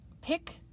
Pick